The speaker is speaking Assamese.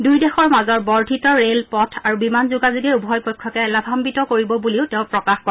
দুয়ো দেশৰ মাজৰ বৰ্ধিত ৰেল পথ আৰু বিমান যোগাযোগে উভয় পক্ষকে লাভায়িত কৰিব বুলিও তেওঁ প্ৰকাশ কৰে